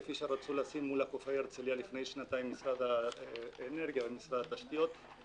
כפי שרצו לשים לפני שנתיים משרד האנרגיה ומשרד התשתיות מול חופי הרצליה,